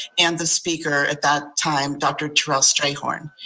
and the speaker at that time, dr. terrell strayhorn.